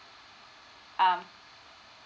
um